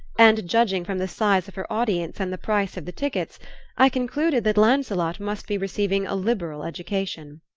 and judging from the size of her audience and the price of the tickets i concluded that lancelot must be receiving a liberal education.